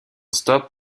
stop